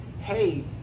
hey